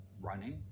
running